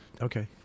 Okay